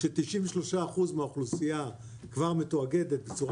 כש-93% מהאוכלוסייה כבר מתואגדת בצורה